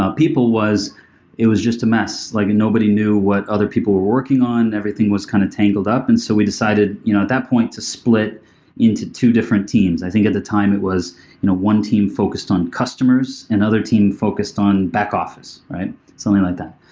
ah people was it was just a mess. like nobody knew what other people were working on. everything was kind of tangled up. and so we decided you know at that point to split into two different teams. i think at the time it was you know one team focused on customers and another team focused on back-office. something like that.